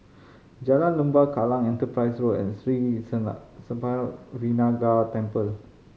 Jalan Lembah Kallang Enterprise Road and Sri Senpaga Vinayagar Temple